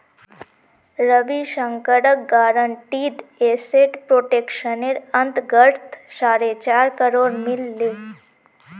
रविशंकरक guaranteed asset प्रोटेक्शनेर अंतर्गत साढ़े चार करोड़ रुपया मिल ले